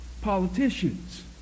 politicians